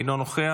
אינו נוכח,